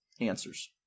answers